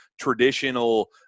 traditional –